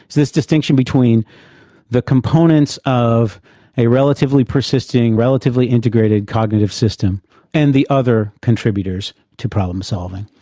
this distinction between the components of a relatively persisting, relatively integrated cognitive system and the other contributors to problem solving.